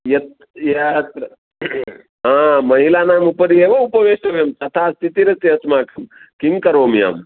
यत् यात्र हा महिलानामुपरि एव उपवेष्टव्यं तथा स्थितिरस्ति अस्माकं किं करोमि अहं